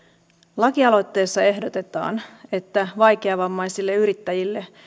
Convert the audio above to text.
lakialoitteessa ehdotetaan että vaikeavammaisille yrittäjille